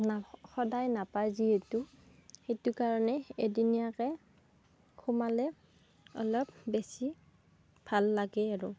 না সদায় নাপায় যিহেতু সেইটো কাৰণে এদিনীয়াকৈ সোমালে অলপ বেছি ভাল লাগে আৰু